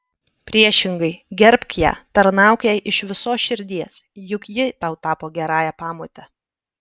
priešingai gerbk ją tarnauk jai iš visos širdies juk ji tau tapo gerąja pamote